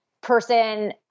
person